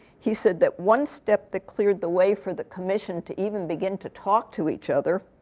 he said that one step that cleared the way for the commission to even begin to talk to each other